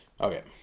Okay